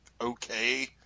okay